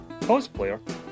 cosplayer